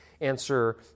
answer